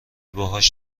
باهاش